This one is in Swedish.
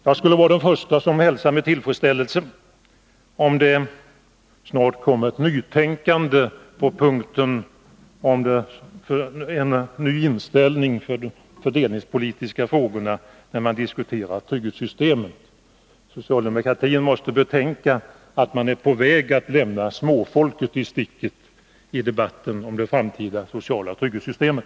Jag skulle vara den förste att hälsa med tillfredsställelse om det snart kom ett nytänkande på den punkten och en ny inställning i de fördelningspolitiska frågorna när man diskuterar trygghetssystemet. Socialdemokraterna måste betänka att de är på väg att lämna småfolket i sticket i debatten om de framtida sociala trygghetssystemet.